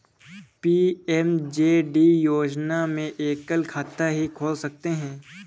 PMJD योजना में एकल खाता ही खोल सकते है